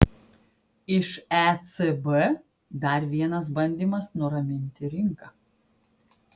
iš ecb dar vienas bandymas nuraminti rinką